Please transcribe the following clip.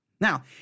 Now